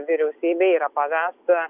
vyriausybei yra pavesta